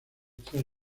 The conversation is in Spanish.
tres